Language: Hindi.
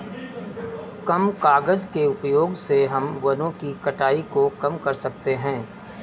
कम कागज़ के उपयोग से हम वनो की कटाई को कम कर सकते है